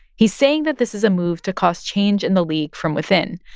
he's saying that this is a move to cause change in the league from within,